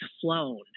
flown